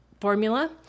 formula